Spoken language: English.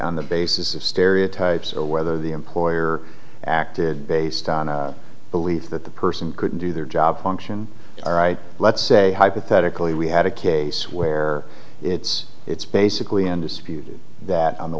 on the basis of stereotypes or whether the employer acted based on a belief that the person couldn't do their job function all right let's say hypothetically we had a case where it's it's basically undisputed that on the